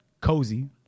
Cozy